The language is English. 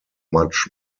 much